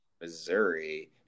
Missouri